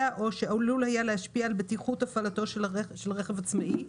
או שעלול היה להשפיע על בטיחות הפעלתו של רכב עצמאי,